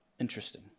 Interesting